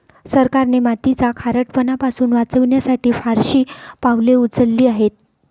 सरकारने मातीचा खारटपणा पासून वाचवण्यासाठी फारशी पावले उचलली आहेत